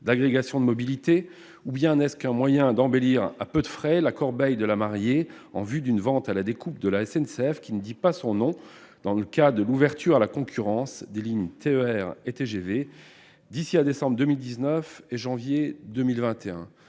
d'agrégation de mobilités, ou bien n'est-ce qu'un moyen d'embellir à peu de frais la corbeille de la mariée en vue d'une vente à la découpe de la SNCF qui ne dit pas son nom, dans le cadre de l'ouverture à la concurrence des lignes TER et TGV d'ici à décembre 2019 et à janvier 2021 ?